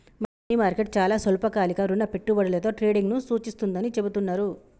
money market చాలా స్వల్పకాలిక రుణ పెట్టుబడులలో ట్రేడింగ్ను సూచిస్తుందని చెబుతున్నరు